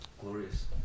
Glorious